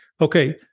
Okay